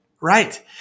right